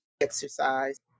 exercise